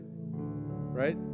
right